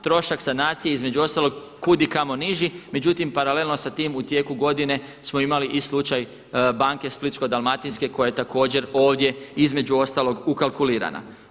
Trošak sanacije između ostalog kud i kamo niži, međutim paralelno sa tim u tijeku godine smo imali i slučaj banke Splitsko-dalmatinske koja je također ovdje između ostalog ukalkulirana.